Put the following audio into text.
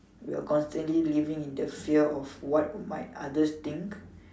we are constantly living in the fear of what might others think